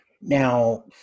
Now